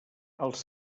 els